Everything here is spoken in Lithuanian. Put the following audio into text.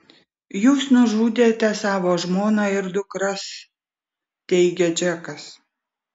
jūs nužudėte savo žmoną ir dukras teigia džekas